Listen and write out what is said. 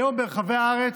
היום, ברחבי הארץ,